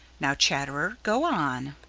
now, chatterer, go on.